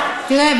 תראה,